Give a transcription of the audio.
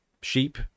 sheep